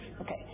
Okay